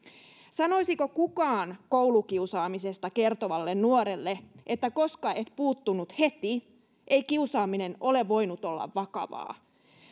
sanoisiko kukaan koulukiusaamisesta kertovalle nuorelle että koska et puuttunut heti ei kiusaaminen ole voinut olla vakavaa